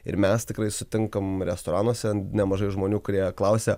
ir mes tikrai sutinkam restoranuose nemažai žmonių kurie klausia